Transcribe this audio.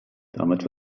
damit